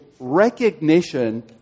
recognition